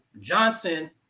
Johnson